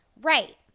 Right